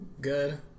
Good